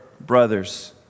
brothers